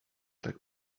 tak